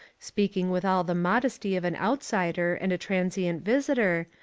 speaking with all the modesty of an outsider and a transient visitor,